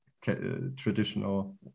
traditional